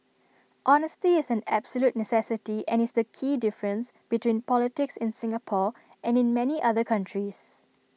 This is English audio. honesty is an absolute necessity and is the key difference between politics in Singapore and in many other countries